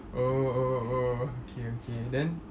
oh oh oh okay okay then